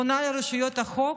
אני פונה לרשויות החוק,